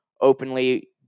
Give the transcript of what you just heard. openly